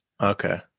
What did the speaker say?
Okay